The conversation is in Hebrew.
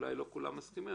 אולי לא כולם מסכימים,